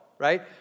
Right